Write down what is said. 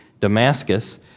Damascus